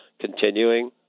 continuing